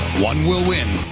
one will win.